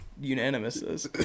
unanimous